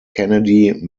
kennedy